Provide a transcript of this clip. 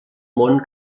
món